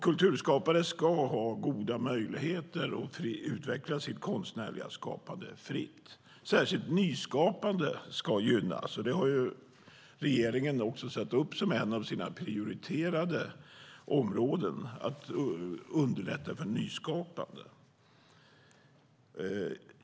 Kulturskapare ska ha goda möjligheter att utveckla sitt konstnärliga skapande fritt. Särskilt nyskapande ska gynnas. Det har regeringen också satt upp som ett av sina prioriterade områden, att underlätta för nyskapande.